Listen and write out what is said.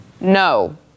No